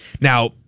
Now